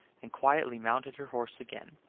and quietly mounted her horse again.